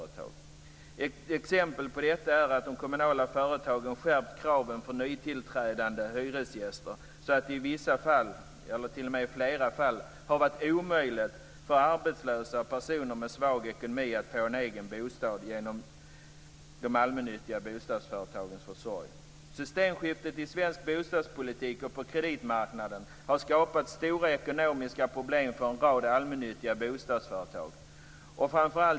Ett exempel på detta är att de kommunala företagen skärpt kraven på nytillträdande hyresgäster så att det i flera fall har varit omöjligt för arbetslösa och personer med svag ekonomi att få en egen bostad genom de allmännyttiga bostadsföretagens försorg. Systemskiftet i bostadspolitiken och på kreditmarknaden har skapat stora ekonomiska problem för en rad allmännyttiga bostadsföretag.